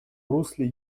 русле